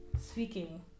speaking